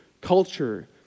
culture